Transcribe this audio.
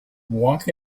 walk